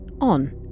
On